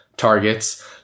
targets